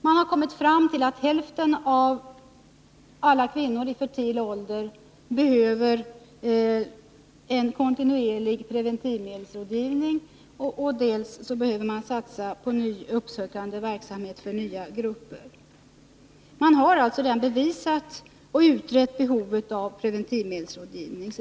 Man har kommit fram till att hälften av alla kvinnor i fertil ålder behöver kontinuerlig preventivmedelsrådgivning och att det behöver satsas på uppsökande verksamhet för nya grupper. Man har alltså redan utrett och bevisat behovet av preventivmedelsrådgivning.